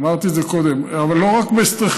אמרתי את זה קודם, אבל לא רק בסטריכנין.